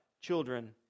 children